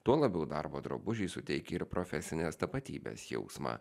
tuo labiau darbo drabužiai suteikia ir profesinės tapatybės jausmą